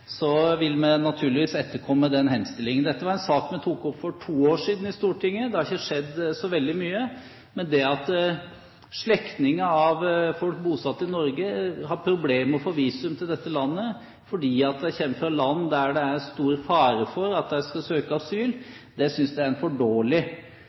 vil vi naturligvis etterkomme den henstillingen. Dette var en sak vi tok opp for to år siden i Stortinget. Det har ikke skjedd så veldig mye, men at slektninger av folk bosatt i Norge har problemer med å få visum til dette landet fordi de kommer fra land der det er stor fare for at de skal søke